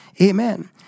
Amen